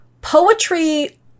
poetry